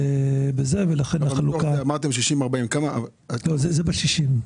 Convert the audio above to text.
אמרתם 60/40. זה ב-60.